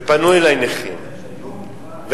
ופנו אלי נכים ואמרו: